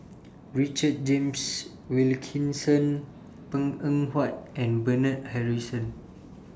Richard James Wilkinson Png Eng Huat and Bernard Harrison